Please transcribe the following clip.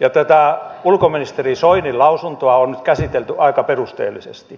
ja tätä ulkoministeri soinin lausuntoa on nyt käsitelty aika perusteellisesti